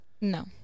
no